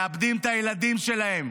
מאבדים את הילדים שלהם.